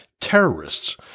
terrorists